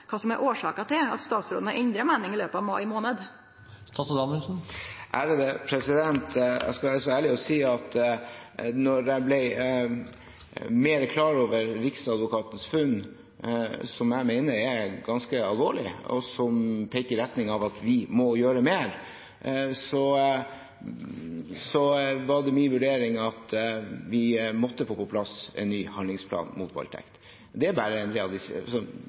som er årsaka til at statsråden har endra meining i løpet av mai månad. Jeg skal være så ærlig å si at da jeg ble mer klar over Riksadvokatens funn, som jeg mener er ganske alvorlige, og som peker i retning av at vi må gjøre mer, var det min vurdering at vi måtte få på plass en ny handlingsplan mot voldtekt. Det er bare